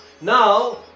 Now